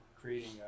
creating